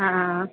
ആ ആ ആ